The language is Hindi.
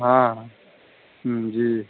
हाँ हाँ जी